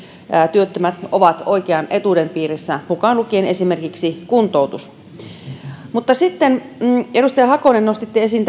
työttömät ovat oikean etuuden piirissä mukaan lukien esimerkiksi kuntoutus edustaja hakanen nostitte esiin